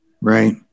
right